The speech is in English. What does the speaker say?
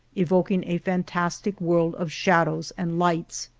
evoking a fantastic world of shadows and lights.